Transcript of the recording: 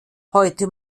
heute